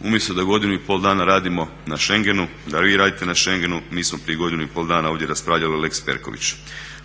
umjesto da godinu i pol dana radimo na Schengenu, da vi radite na Schengenu mi smo prije godinu i pol dana ovdje raspravljali o lex Perković.